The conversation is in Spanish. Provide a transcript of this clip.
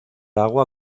agua